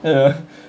ya